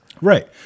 right